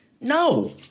No